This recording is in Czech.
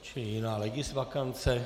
Čili jiná legisvakance.